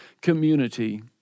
community